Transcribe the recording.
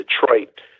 Detroit